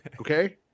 Okay